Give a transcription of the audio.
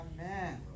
Amen